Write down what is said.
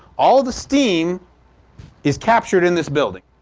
all the steam is captured in this building.